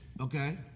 okay